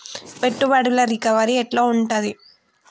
పెట్టుబడుల రికవరీ ఎట్ల ఉంటది?